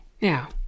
Now